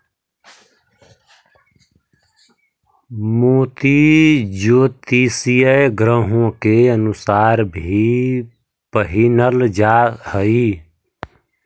मोती ज्योतिषीय ग्रहों के अनुसार भी पहिनल जा हई